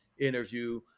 interview